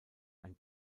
ein